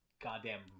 goddamn